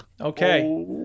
Okay